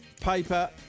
paper